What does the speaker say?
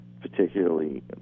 particularly